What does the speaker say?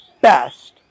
best